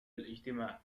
الإجتماع